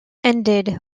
ended